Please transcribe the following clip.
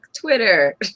Twitter